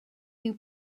you